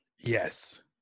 Yes